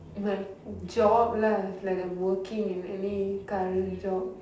my job lah it's like I'm working in any current job